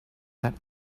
that